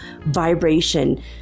vibration